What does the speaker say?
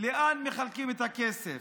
לאן מחלקים את הכסף?